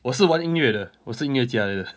我是玩音乐的我是音乐家来的